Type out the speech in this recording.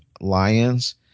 lions